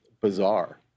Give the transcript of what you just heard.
bizarre